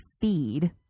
feed